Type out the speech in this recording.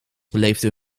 beleefden